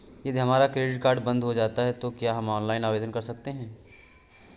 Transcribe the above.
यदि हमारा credit card बंद हो जाता है तो क्या हम ऑनलाइन आवेदन कर सकते हैं?